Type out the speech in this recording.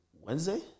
Wednesday